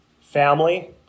family